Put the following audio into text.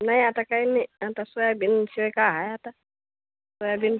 नाही आता काही नाही आता सोयाबीनशिवाय काय आहे आता सोयाबीन